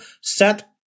set